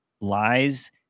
lies